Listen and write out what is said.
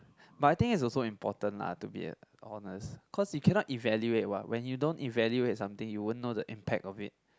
but I think is also important lah to be ah honest cause you cannot evaluate what when you don't evaluate something you won't know the impact of it